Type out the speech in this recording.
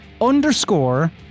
Underscore